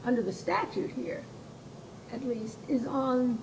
under the statute here